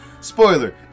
spoiler